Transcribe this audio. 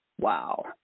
Wow